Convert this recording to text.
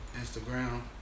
Instagram